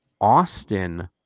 austin